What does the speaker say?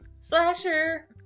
Slasher